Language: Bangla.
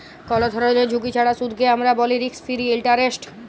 কল ধরলের ঝুঁকি ছাড়া সুদকে আমরা ব্যলি রিস্ক ফিরি ইলটারেস্ট